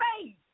face